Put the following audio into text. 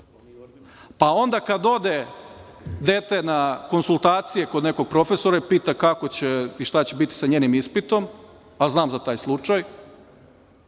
kada ode dete na konsultacije kod nekog profesora, pita kako će i šta će biti sa njenim ispitom, a znam za taj slučaj,